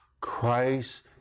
Christ